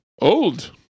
old